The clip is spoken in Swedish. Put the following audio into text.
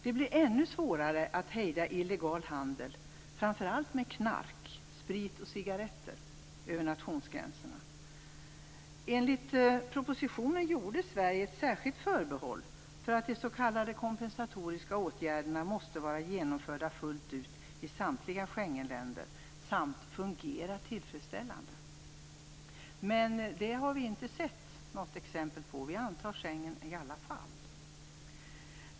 Det blir ännu svårare att hejda illegal handel över nationsgränserna med framför allt knark, sprit och cigaretter. Enligt propositionen gjorde Sverige ett särskilt förbehåll för att de s.k. kompensatoriska åtgärderna måste vara genomförda fullt ut i samtliga Schengenländer samt fungera tillfredsställande. Men det har vi inte sett något exempel på. Vi antar Schengen i alla fall.